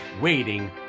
waiting